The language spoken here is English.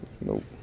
Nope